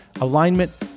alignment